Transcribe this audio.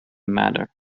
manner